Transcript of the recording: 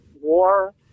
war